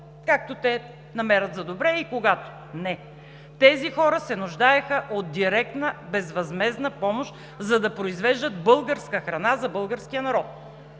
както те намерят за добре и когато. Не, тези хора се нуждаеха от директна безвъзмездна помощ, за да произвеждат българска храна за българския народ.